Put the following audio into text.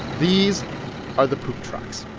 these are the poop trucks.